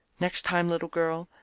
next time, little girl?